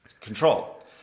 control